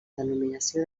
denominació